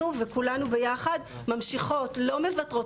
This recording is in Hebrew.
אנחנו וכולנו ביחד ממשיכות, לא מוותרות.